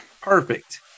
Perfect